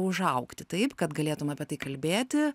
užaugti taip kad galėtum apie tai kalbėti